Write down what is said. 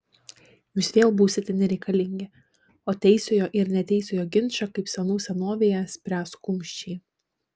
jūs vėl būsite nereikalingi o teisiojo ir neteisiojo ginčą kaip senų senovėje spręs kumščiai